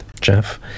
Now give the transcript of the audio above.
Jeff